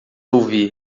ouvi